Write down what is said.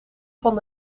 van